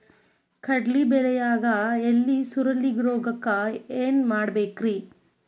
ಕಡ್ಲಿ ಬೆಳಿಯಾಗ ಎಲಿ ಸುರುಳಿರೋಗಕ್ಕ ಏನ್ ಮಾಡಬೇಕ್ರಿ?